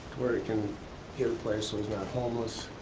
where he can get a place so he's not homeless.